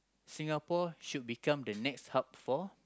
Singapore should become the next hub for